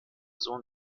sohn